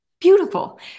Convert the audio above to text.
beautiful